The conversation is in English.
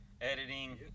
editing